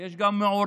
ויש גם מעורבות